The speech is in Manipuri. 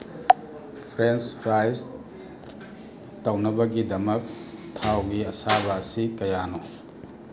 ꯐ꯭ꯔꯦꯟꯁ ꯐ꯭ꯔꯥꯏꯁ ꯇꯧꯅꯕꯒꯤꯗꯃꯛ ꯊꯥꯎꯒꯤ ꯑꯁꯥꯕ ꯑꯁꯤ ꯀꯌꯥꯅꯣ